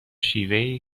شیوهای